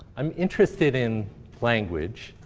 i'm interested in language,